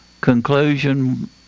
conclusion